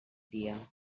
dia